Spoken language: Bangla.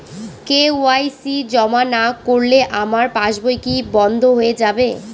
কে.ওয়াই.সি জমা না করলে আমার পাসবই কি বন্ধ হয়ে যাবে?